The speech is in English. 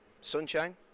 Sunshine